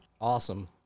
awesome